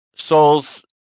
souls